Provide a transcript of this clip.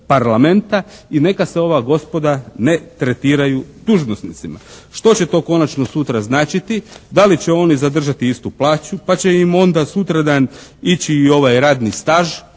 Parlamenta i neka se ova gospoda ne tretiraju dužnosnicima. Što će to konačno sutra značiti, da li će oni zadržati istu plaću pa će im onda sutradan ići i ovaj radni staž